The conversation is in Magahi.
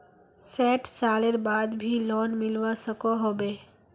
सैट सालेर बाद भी लोन मिलवा सकोहो होबे?